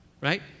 right